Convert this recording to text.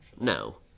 No